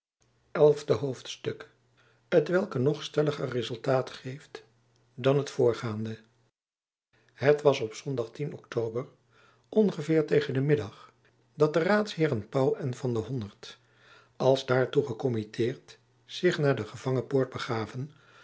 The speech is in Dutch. elfde hoofdstuk hetwelk een nog stelliger rezultaat geeft dan het voorgaande het was op ondag ctober ongeveer tegen den middag dat de raadsheeren pauw en van den honert als daartoe gekommitteerd zich naar de gevangenpoort begaven